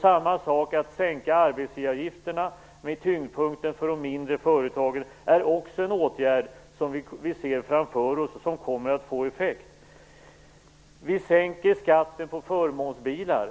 Samma sak gäller de sänkta arbetsgivaravgifterna med tyngdpunkten på de mindre företagen. Det är också en åtgärd vi ser framför oss och som kommer att få effekt. Vi sänker skatten på förmånsbilar.